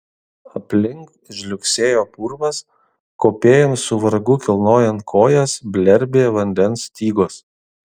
aplink žliugsėjo purvas kopėjams su vargu kilnojant kojas blerbė vandens stygos